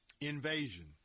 Invasion